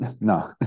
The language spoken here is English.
No